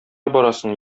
барасың